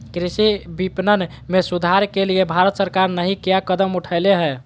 कृषि विपणन में सुधार के लिए भारत सरकार नहीं क्या कदम उठैले हैय?